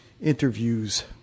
interviews